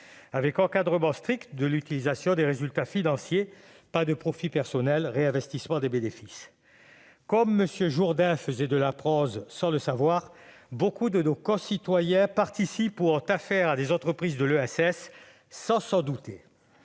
avec un encadrement strict de l'utilisation des résultats financiers - pas de profit personnel, réinvestissement des bénéfices. Comme M. Jourdain faisait de la prose sans le savoir, nombre de nos concitoyens participent ou ont affaire à des entreprises de l'ESS sans s'en douter.